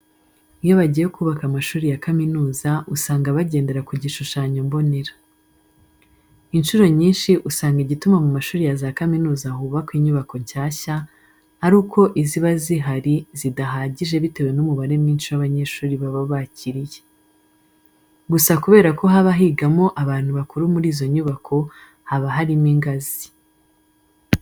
Iyo bagiye kubaka amashuri ya kaminuza usanga bagendera ku gishushanyo mbonera. Incuro nyinshi usanga igituma mu mashuri ya za kaminuza hubakwa inyubako nshyashya, ari uko iziba zihari zidahagije bitewe n'umubare mwinshi w'abanyeshuri baba bakiriye. Gusa kubera ko haba higamo abantu bakuru muri izo nyubako haba harimo ingazi.